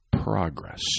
progress